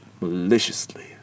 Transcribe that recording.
maliciously